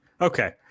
Okay